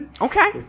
Okay